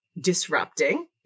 disrupting